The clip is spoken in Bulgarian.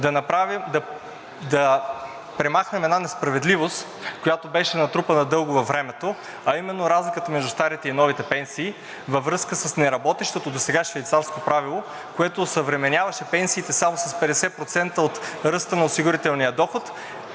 да премахнем една несправедливост, която беше натрупана дълго във времето, а именно разликата между старите и новите пенсии във връзка с неработещото досега швейцарско правило, което осъвременяваше пенсиите само с 50% от ръста на осигурителния доход